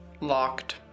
locked